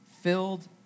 filled